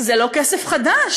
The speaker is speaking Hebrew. זה לא כסף חדש.